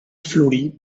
florir